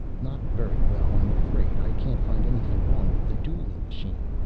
not very well, i'm afraid. i can't find anything wrong with the dueling machine.